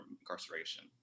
incarceration